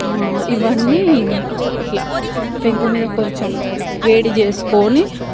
ఇవన్నీ ఇట్లా పెనుగు మీద కొంచెం వేడి చేసుకుని